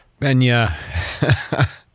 Benya